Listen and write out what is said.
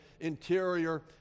interior